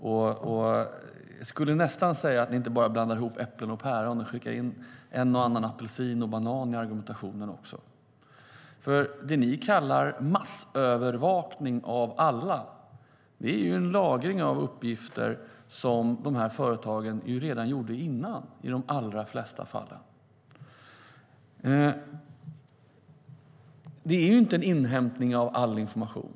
Jag skulle nästan säga att ni inte bara blandar ihop äpplen och päron utan också skickar in en och annan apelsin och banan i argumentationen. Det ni kallar massövervakning av alla är lagring av uppgifter som företagen gjorde redan tidigare, i de allra flesta fall. Det är inte en inhämtning av all information.